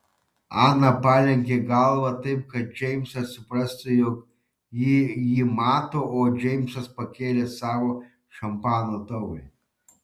ana palenkė galvą taip kad džeimsas suprastų jog jį ji mato o džeimsas pakėlė savo šampano taurę